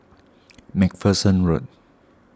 MacPherson Road